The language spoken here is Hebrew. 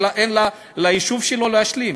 אין ליישוב שלו להשלים.